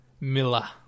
Miller